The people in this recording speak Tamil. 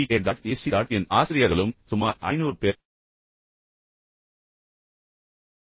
K dot AC dot in ஆசிரியர்களும் சுமார் 500 பேர் என்று சொல்லலாம்